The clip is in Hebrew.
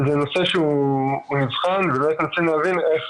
זה נושא שהוא נבחן ורצינו להבין איך